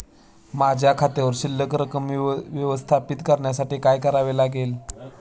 माझ्या खात्यावर शिल्लक रक्कम व्यवस्थापित करण्यासाठी काय करावे लागेल?